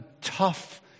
tough